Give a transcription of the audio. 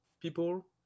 people